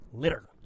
litter